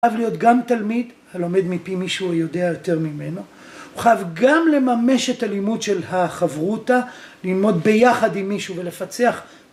הוא חייב להיות גם תלמיד, הלומד מפי מישהו היודע יותר ממנו. הוא חייב גם לממש את הלימוד של החברותה, ללמוד ביחד עם מישהו ולפצח